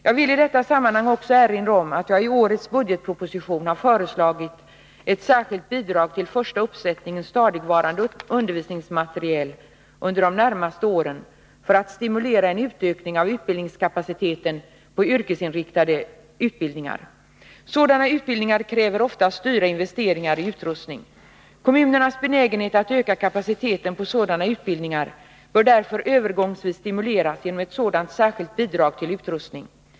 Jag vill i detta sammanhang också erinra om att jag i årets budgetproposition har föreslagit ett särskilt bidrag till första uppsättningen stadigvarande undervisningsmateriel under de närmaste åren för att stimulera en utökning av utbildningskapaciteten på yrkesinriktade utbildningar. Sådana utbildningar kräver oftast dyra investeringar i utrustning. Kommunernas benägenhet att öka kapaciteten på sådana utbildningar bör därför övergångsvis stimuleras genom ett sådant särskilt bidrag till utrustning.